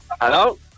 Hello